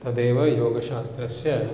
तदेव योगशास्त्रस्य